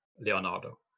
Leonardo